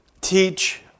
teach